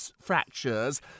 fractures